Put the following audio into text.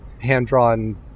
hand-drawn